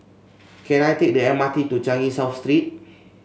can I take the M R T to Changi South Street